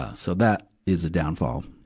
ah so that is a downfall.